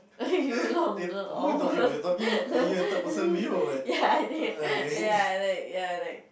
know you longer or ya ya like ya like